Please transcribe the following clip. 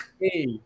Hey